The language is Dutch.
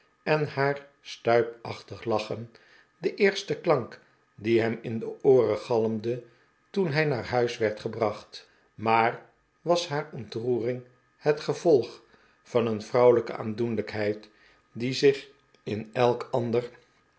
en haar stuipachtig lachen de eerste klank die hem in de ooren galmde toen hij naar huis werd gebracht maar was haar ontroering het gevolg van een vrouwelijke aandoenlijkheid die zich in elk ander